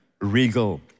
Regal